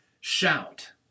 shout